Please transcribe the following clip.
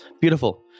Beautiful